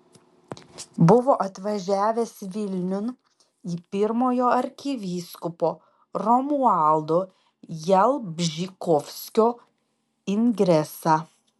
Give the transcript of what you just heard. buvo atvažiavęs vilniun į pirmojo arkivyskupo romualdo jalbžykovskio ingresą